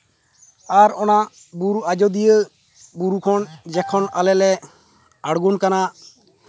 ᱟᱨ ᱚᱱᱟ ᱵᱩᱨᱩ ᱟᱡᱳᱫᱤᱭᱟᱹ ᱵᱩᱨᱩ ᱠᱷᱚᱱ ᱡᱮᱠᱷᱚᱱ ᱟᱞᱮ ᱞᱮ ᱟᱬᱜᱚᱱ ᱠᱟᱱᱟ